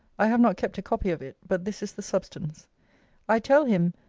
i have not kept a copy of it. but this is the substance i tell him,